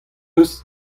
eus